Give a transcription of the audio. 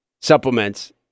supplements